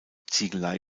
ziegelei